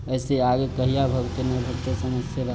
एहिसे आगे कहिया भगतै नहि भगतै समझ से बाहर